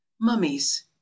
mummies